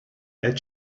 add